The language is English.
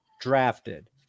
drafted